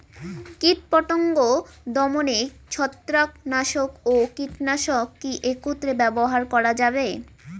কীটপতঙ্গ দমনে ছত্রাকনাশক ও কীটনাশক কী একত্রে ব্যবহার করা যাবে?